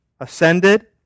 ascended